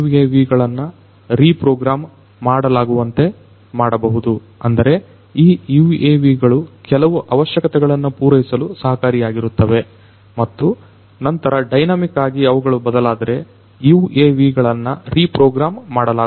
UAVಗಳನ್ನು reprogram ಮಾಡಲಾಗುವಂತೆ ಮಾಡಬಹುದು ಅಂದರೆ ಈ UAV ಗಳು ಕೆಲವು ಅವಶ್ಯಕತೆಗಳನ್ನು ಪೂರೈಸಲು ಸಹಕಾರಿಯಾಗಿರುತ್ತವೆ ಮತ್ತು ನಂತರ ಡೈನಾಮಿಕ್ ಆಗಿ ಅವುಗಳು ಬದಲಾದರೆ UAVಗಳನ್ನು ರಿಪ್ರೋಗ್ರಾಮ್ ಮಾಡಲಾಗುವುದು